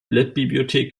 bibliothek